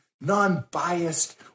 non-biased